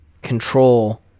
control